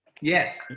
yes